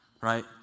right